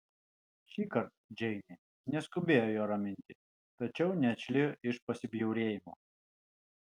šįkart džeinė neskubėjo jo raminti tačiau neatšlijo iš pasibjaurėjimo